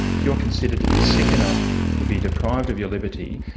if you're considered to be sick enough to be deprived of your liberty,